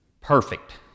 Perfect